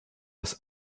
das